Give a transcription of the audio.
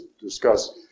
discuss